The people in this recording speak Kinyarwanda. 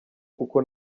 kuko